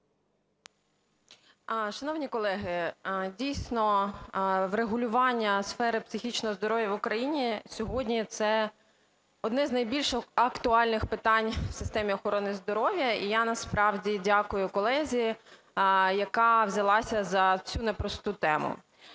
Шановні колеги, дійсно, врегулювання сфери психічного здоров'я в Україні сьогодні – це одне з найбільш актуальних питань у системі охорони здоров'я. І я насправді дякую колезі, яка взялася за цю непросту тему.